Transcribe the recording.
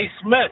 Smith